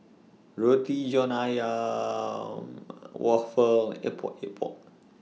Roti John Ayam Waffle Epok Epok